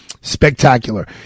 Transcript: Spectacular